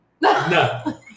No